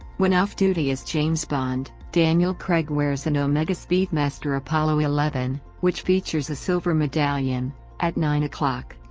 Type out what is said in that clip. when off duty as james bond, daniel craig wears an omega speedmaster apollo eleven, which features a silver medallion at nine o'clock.